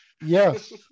Yes